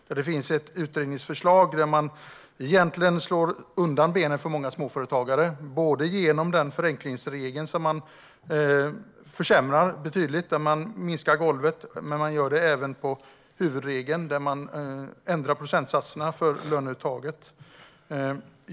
Det finns ett utredningsförslag där man slår undan benen för många småföretagare, både när det gäller förenklingsregeln, som man försämrar betydligt genom att sänka golvet, och när det gäller huvudregeln, där man ändrar procentsatserna för löneuttaget.